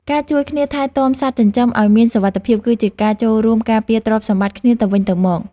ការជួយគ្នាថែទាំសត្វចិញ្ជឺមឲ្យមានសុវត្ថិភាពគឺជាការចូលរួមការពារទ្រព្យសម្បត្តិគ្នាទៅវិញទៅមក។